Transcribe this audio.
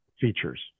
features